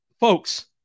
Folks